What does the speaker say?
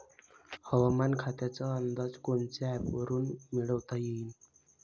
हवामान खात्याचा अंदाज कोनच्या ॲपवरुन मिळवता येईन?